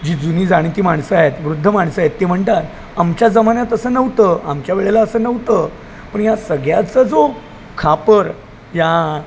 जी जुनी जाणती माणसं आहेत वृद्ध माणसं आहेत ते म्हणतात आमच्या जमान्यात असं नव्हतं आमच्या वेळेला असं नव्हतं पण या सगळ्याचा जो खापर या